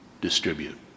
distribute